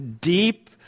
deep